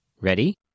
Ready